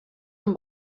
amb